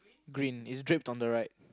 green it's dripped on the right